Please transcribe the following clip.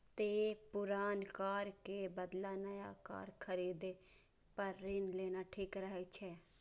तें पुरान कार के बदला नया कार खरीदै पर ऋण लेना ठीक रहै छै